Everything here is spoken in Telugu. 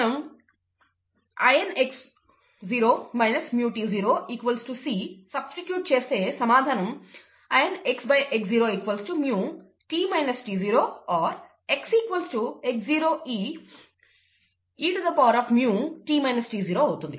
మనం lnx0 µt0 c సబ్స్టిట్యూట్ చేస్తే సమాధానం lnxx0 µ or x x0 e µt - to అవుతుంది